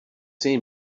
see